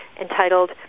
entitled